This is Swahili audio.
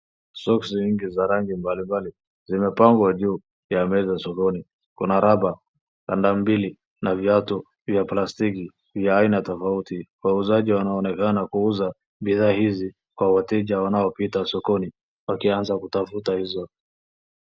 Soksi nyingi za rangi mbalimbali zimepangwa juu ya meza sokoni. Kuna raba, kanda mbili na viatu vya plastiki vya aina tofauti. Wauzaji wanaonekana kuuza bidhaa hizi kwa wateja wanaopita sokoni wakianza kutafuta hizo.